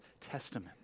Testament